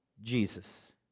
Jesus